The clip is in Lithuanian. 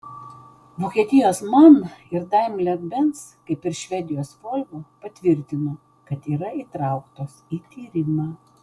vokietijos man ir daimler benz kaip ir švedijos volvo patvirtino kad yra įtrauktos į tyrimą